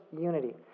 unity